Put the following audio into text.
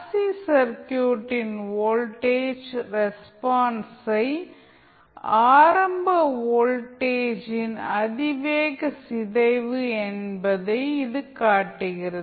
C சர்க்யூட்டின் voltage ரெஸ்பான்ஸை ஆரம்ப வோல்டேஜின் அதிவேக சிதைவு என்பதை இது காட்டுகிறது